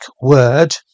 word